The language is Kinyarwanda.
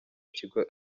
kigo